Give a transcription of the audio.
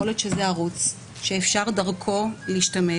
יכול להיות שזה ערוץ שאפשר דרכו להשתמש